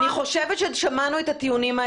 אני חושבת ששמענו את הטיעונים האלה.